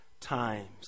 times